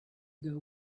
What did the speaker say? ago